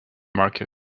market